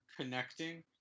connecting